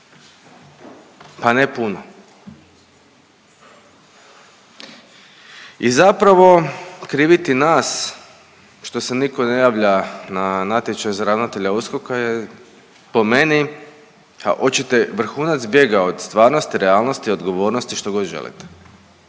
Pa ne puno i zapravo kriviti nas što se niko ne javlja na natječaj za ravnatelja USKOK-a je po meni, a oćete, vrhunac bijega od stvarnosti, realnosti, odgovornosti, što god želite.